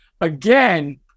again